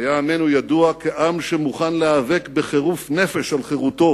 היה עמנו ידוע כעם שמוכן להיאבק בחירוף נפש על חירותו